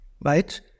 Right